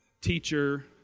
teacher